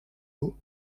eaux